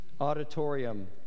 auditorium